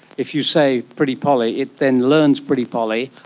if you say pretty polly, it then learns pretty polly,